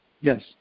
Yes